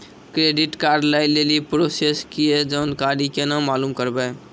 Credit card लय लेली process के जानकारी केना मालूम करबै?